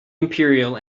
imperial